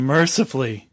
Mercifully